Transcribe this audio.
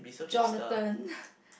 Jonathan